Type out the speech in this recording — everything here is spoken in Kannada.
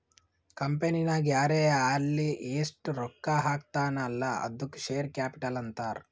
ಕಂಪನಿನಾಗ್ ಯಾರೇ ಆಲ್ಲಿ ಎಸ್ಟ್ ರೊಕ್ಕಾ ಹಾಕ್ತಾನ ಅಲ್ಲಾ ಅದ್ದುಕ ಶೇರ್ ಕ್ಯಾಪಿಟಲ್ ಅಂತಾರ್